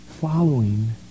following